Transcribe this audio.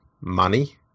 money